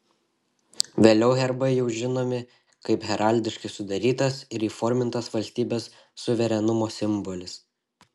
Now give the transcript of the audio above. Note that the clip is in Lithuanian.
vėliau herbai jau žinomi kaip heraldiškai sudarytas ir įformintas valstybės suverenumo simbolis